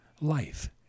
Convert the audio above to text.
life